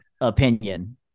opinion